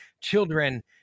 children